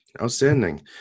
Outstanding